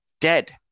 dead